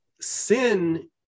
sin